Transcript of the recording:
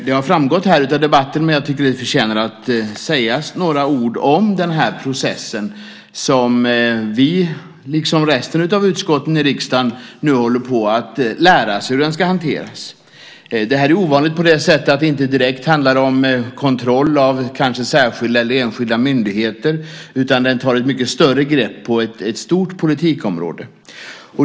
Det har framgått av debatten, men jag tycker att det förtjänar att sägas några ord om den här processen som vi, liksom resten av utskotten i riksdagen, nu håller på att lära oss att hantera. Det är ovanligt på det sätt att det inte direkt handlar om kontroll av särskilda eller enskilda myndigheter utan tar ett mycket större grepp och upptar ett stort politikområde.